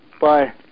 Bye